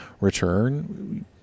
return